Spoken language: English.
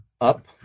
up